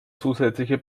zusätzliche